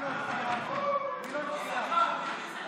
היטל על שקית נשיאה חד-פעמית),